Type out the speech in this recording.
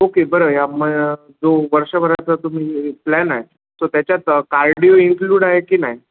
okay बरं या मग जो वर्षभराचा तुम्ही प्लॅन आहे तो त्याच्यात कार्डिओ इन्क्लूड आहे की नाही